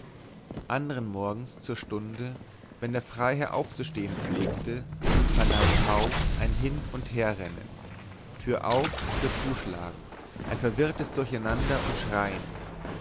andern morgens zur stunde wenn der freiherr aufzustehen pflegte vernahm v ein hin und herrennen türauf türzuschlagen ein verwirrtes durcheinander und schreien